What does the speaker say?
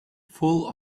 full